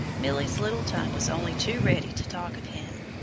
milly's little tongue was only too ready to talk of him.